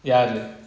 ya th~